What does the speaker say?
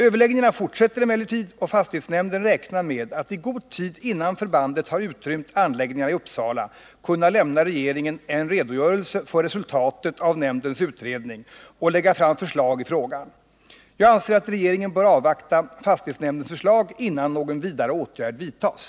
Överläggningarna fortsätter emellertid, och fastighetshämnden räknar med att i god tid innan förbandet har utrymt anläggningarna i Uppsala kunna lämna regeringen en redogörelse för resultatet av nämndens utredning och lägga fram förslag i frågan. Jag anser att regeringen bör avvakta fastighetsnämndens förslag innan någon vidare åtgärd vidtas.